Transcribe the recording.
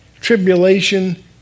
Tribulation